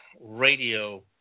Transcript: radio